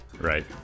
right